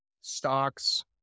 stocks